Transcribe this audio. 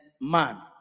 man